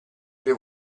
due